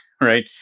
right